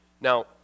Now